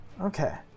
Okay